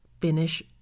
finish